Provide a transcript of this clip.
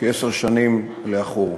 כעשר שנים לאחור.